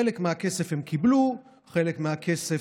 חלק מהכסף הם קיבלו, חלק מהכסף,